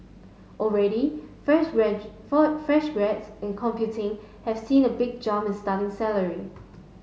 already fresh for fresh grads in computing have seen a big jump in starting salaries